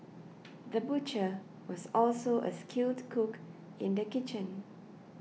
the butcher was also a skilled cook in the kitchen